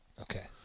Okay